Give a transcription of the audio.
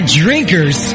drinkers